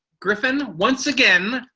griffin, once again,